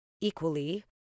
equally